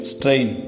Strain